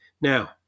Now